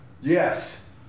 Yes